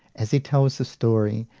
as he tells the story,